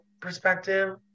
perspective